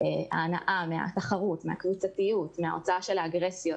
ועל הנאה מהתחרות, מהקבוצתיות, מהוצאת האגרסיות.